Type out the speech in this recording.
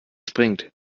springt